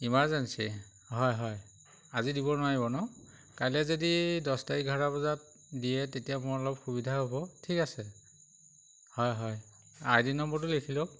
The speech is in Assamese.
ইমাৰ্জেঞ্চী হয় হয় আজি দিব নোৱাৰিব ন কাইলৈ যদি দহটা এঘাৰটা বজাত দিয়ে তেতিয়া মোৰ অলপ সুবিধা হ'ব ঠিক আছে হয় হয় আইডি নম্বৰটো লিখি লওক